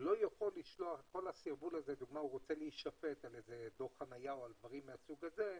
שרוצה למשל להישפט על דוח חניה או על דברים מהסוג הזה,